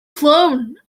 clown